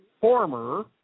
former